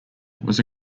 was